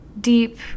deep